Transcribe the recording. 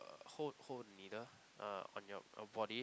uh hold hold the needle uh on your your body